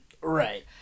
Right